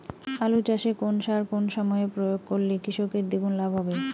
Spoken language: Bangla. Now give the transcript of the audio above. আলু চাষে কোন সার কোন সময়ে প্রয়োগ করলে কৃষকের দ্বিগুণ লাভ হবে?